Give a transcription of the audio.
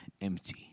empty